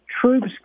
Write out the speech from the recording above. troops